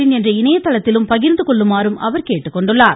பெ என்ற இணையத்கிலும் பகிர்ந்துகொள்ளுமாறும் அவர் கேட்டுக்கொண்டார்